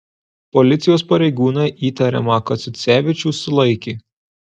policijos pareigūnai įtariamą kaciucevičių sulaikė